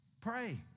Pray